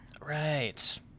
Right